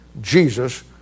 Jesus